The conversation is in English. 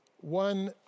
One